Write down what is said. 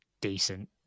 decent